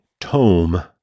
tome